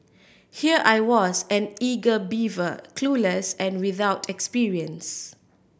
here I was an eager beaver clueless and without experience